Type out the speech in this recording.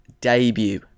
debut